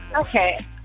Okay